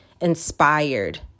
Inspired